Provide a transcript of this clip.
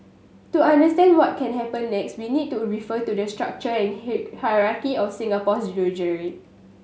to understand what can happen next we need to refer to the structure hierarchy of Singapore's judiciary